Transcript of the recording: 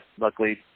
luckily